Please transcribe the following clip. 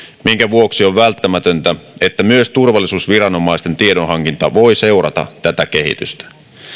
minkä vuoksi on välttämätöntä että myös turvallisuusviranomaisten tiedonhankinta voi seurata tätä kehitystä